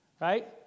right